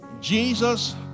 Jesus